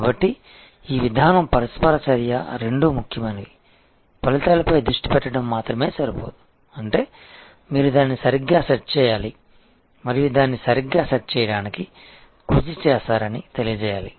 కాబట్టి ఈ విధానం పరస్పర చర్య రెండూ ముఖ్యమైనవి ఫలితాలపై దృష్టి పెట్టడం మాత్రమే సరిపోదు అంటే మీరు దానిని సరిగ్గా సెట్ చేయాలి మరియు మీరు దాన్ని సరిగ్గా సెట్ చేయడానికి కృషి చేశారని తెలియజేయాలి